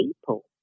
people